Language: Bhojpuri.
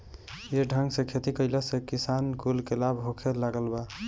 ये ढंग से खेती कइला से किसान कुल के लाभ होखे लागल बा